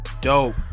Dope